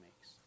makes